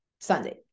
Sunday